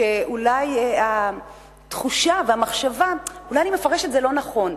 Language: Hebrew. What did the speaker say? שאולי התחושה והמחשבה: אולי אני מפרש את זה לא נכון,